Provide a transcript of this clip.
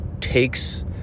takes